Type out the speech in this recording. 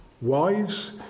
wives